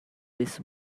this